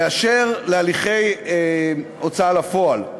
אשר להליכי הוצאה לפועל,